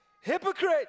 Hypocrite